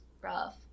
rough